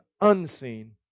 unseen